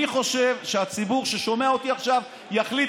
אני חושב שהציבור ששומע אותי עכשיו יחליט